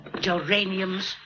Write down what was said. Geraniums